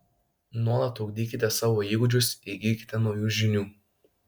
nuolat ugdykite savo įgūdžius įgykite naujų žinių